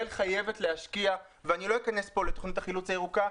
לא אכנס פה לתוכנית החילוץ הירוקה,